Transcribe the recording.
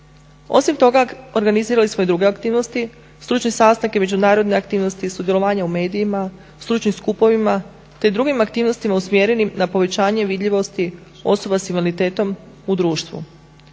Osim toga, organizirali smo i druge aktivnosti, stručne sastanke, međunarodne aktivnosti i sudjelovanje u medijima, stručnim skupovima, te drugim aktivnostima usmjerenim na povećanje vidljivosti osoba sa invaliditetom u društvu.